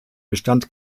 bestand